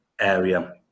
area